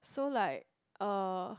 so like uh